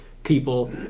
people